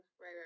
Right